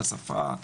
בשפה.